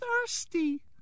thirsty